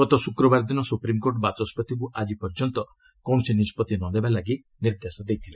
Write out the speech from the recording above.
ଗତ ଶୁକ୍ରବାର ଦିନ ସୁପ୍ରିମ୍କୋର୍ଟ ବାଚସ୍ୱତିଙ୍କୁ ଆଜି ପର୍ଯ୍ୟନ୍ତ କୌଣସି ନିଷ୍ପଭି ନନେବା ଲାଗି ନିର୍ଦ୍ଦେଶ ଦେଇଥିଲେ